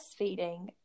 breastfeeding